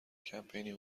کمپینی